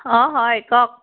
অঁ হয় কওক